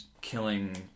killing